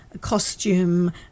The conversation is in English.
costume